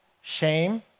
shame